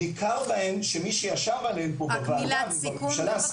ניכר בהן שמי שישב עליהן פה בוועדה ובממשלה,